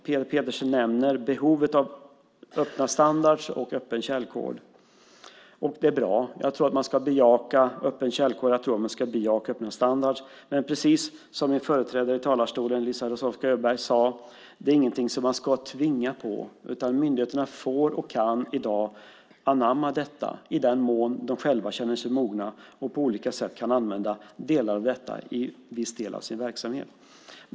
Peter Pedersen nämner behovet av öppna standarder och öppen källkod. Det är bra. Jag tror att man ska bejaka öppen källkod och öppen standard, men precis som min företrädare i talarstolen, Eliza Roszkowska Öberg, sade är det inget man ska tvinga fram. Myndigheterna får och kan i dag anamma detta i den mån de själva känner sig mogna och på olika sätt kan använda det i delar av sin verksamhet.